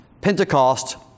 Pentecost